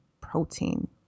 protein